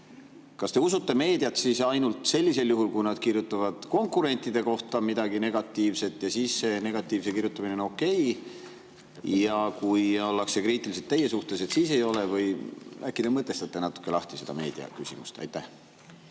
Kas te siis usute meediat ainult sellisel juhul, kui nad kirjutavad konkurentide kohta midagi negatiivset ja see negatiivse kirjutamine on okei, aga kui ollakse kriitilised teie suhtes, siis ei ole? Äkki te mõtestate natuke lahti seda meediaküsimust. Aitäh,